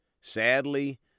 Sadly